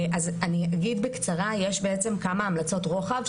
אז אני אגיד בקצרה: יש בעצם כמה המלצות רוחב,